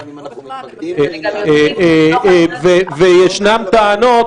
--- נכון, ישנן טענות,